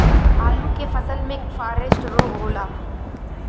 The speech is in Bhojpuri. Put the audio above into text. आलू के फसल मे फारेस्ट रोग होला?